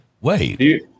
Wait